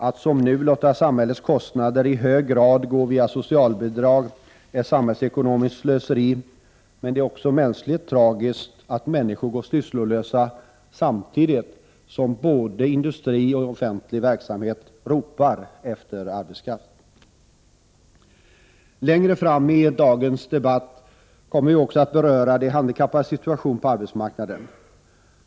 Att som nu låta samhällets kostnader i hög grad gå via socialbidrag är samhällsekonomiskt slöseri, men det är också mänskligt tragiskt att människor går sysslolösa samtidigt som både industri och offentlig verksamhet ropar efter arbetskraft. Längre fram i dagens debatt kommer vi att också beröra de handikappades situation på arbetsmarknaden.